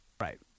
Right